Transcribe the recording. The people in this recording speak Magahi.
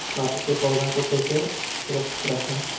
आलू के पौधा को कैसे सुरक्षित रखें?